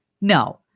No